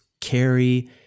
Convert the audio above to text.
carry